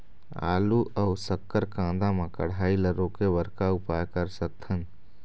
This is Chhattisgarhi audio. आलू अऊ शक्कर कांदा मा कढ़ाई ला रोके बर का उपाय कर सकथन?